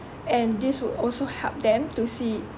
and this would also help them to see